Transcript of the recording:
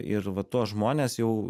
ir va tuos žmones jau